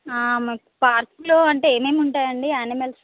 మాకు పార్క్లో అంటే ఏమేమి ఉంటాయండి ఆనిమల్స్